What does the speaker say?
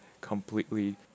completely